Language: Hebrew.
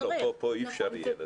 כאן אפשר יהיה לעשות את זה.